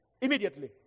Immediately